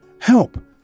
help